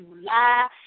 July